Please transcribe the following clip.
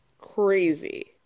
crazy